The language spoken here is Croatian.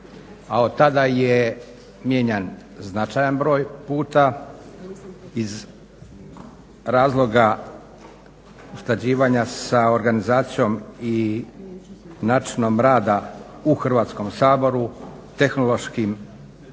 a od tada je mijenjan značajan broj puta iz razloga usklađivanja sa organizacijom i načinom rada u Hrvatskom saboru, tehnološkim